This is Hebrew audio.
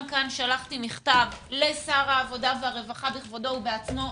גם כאן שלחתי מכתב לשר הרווחה בכבודו ובעצמו.